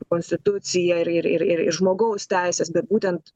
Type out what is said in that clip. konstituciją ir ir ir ir žmogaus teises bet būtent